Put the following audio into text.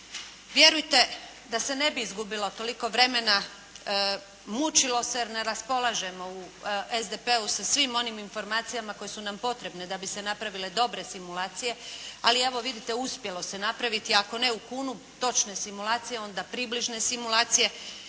Vjerujte da se ne bi izgubilo toliko vremena, mučilo se jer ne raspolažemo u SDP-u sa svim onim informacijama koje su nam potrebne da bi se napravile dobre simulacije. Ali evo vidite uspjelo se napraviti ako ne u kunu točne simulacije, onda približne simulacije